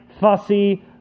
fussy